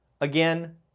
again